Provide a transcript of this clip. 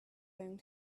going